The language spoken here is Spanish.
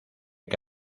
que